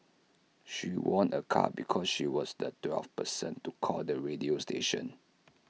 she won A car because she was the twelfth person to call the radio station